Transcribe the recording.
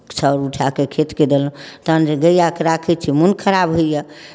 छाओर उठाए कऽ खेतके देलहुँ तखन जे गैआके राखै छी मोन खराब होइए